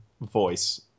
voice